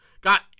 Got